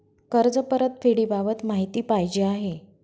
कर्ज परतफेडीबाबत माहिती पाहिजे आहे